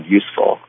useful